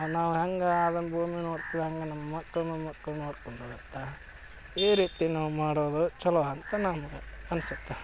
ನಾವು ಹೆಂಗ ಅದನ್ನು ಭೂಮಿ ನೋಡ್ತೀವೋ ಹಂಗ ನಮ್ಮ ಮಕ್ಕಳು ಮೋಮ್ಮಕ್ಕಳು ನೋಡ್ಕೊಂಡು ಹೋಗುತ್ತೆ ಈ ರೀತಿ ನಾವು ಮಾಡೋದು ಚಲೋ ಅಂತ ನಮ್ಗೆ ಅನ್ಸುತ್ತೆ